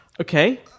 Okay